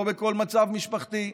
לא בכל מצב משפחתי,